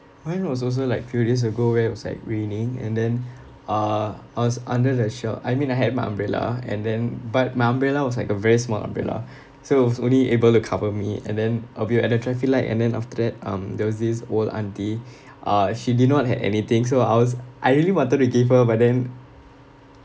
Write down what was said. mine was also like few days ago where it was like raining and then uh I was under the shel~ I mean I had my umbrella and then but my umbrella was like a very small umbrella so I was only able to cover me and then uh we're at the traffic light and then after that um there was this old auntie uh she did not had anything so I was I really wanted to give her but then